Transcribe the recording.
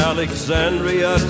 Alexandria